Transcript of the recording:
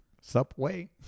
Subway